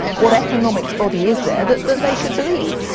what economics body is there that that they should believe?